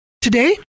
today